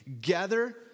gather